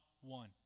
one